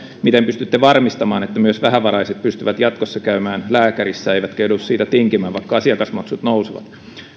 miten pystytte varmistamaan että myös vähävaraiset pystyvät jatkossa käymään lääkärissä eivätkä joudu siitä tinkimään vaikka asiakasmaksut nousevat